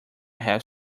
have